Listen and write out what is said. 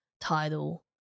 title